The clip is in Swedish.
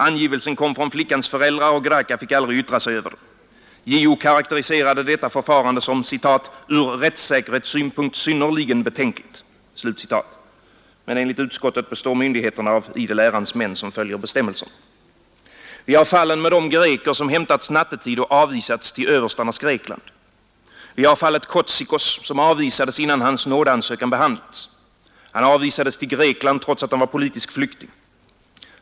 Angivelsen kom från flickans föräldrar och Graca fick aldrig yttra sig över den. JO karakteriserade detta förfarande som ”ur rättssäkerhetssynpunkt synnerligen betänkligt”. Men enligt utskottet består myndigheterna av idel ärans män som följer bestämmelserna. Vi har fallen med de greker som hämtats nattetid och avvisats till överstarnas Grekland. Vi har fallet Kotzikos som avvisades innan hans nådeansökan behandlats. Han avvisades till Grekland trots att han var politisk flykting.